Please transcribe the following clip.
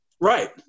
Right